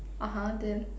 (uh huh) then